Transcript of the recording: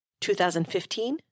2015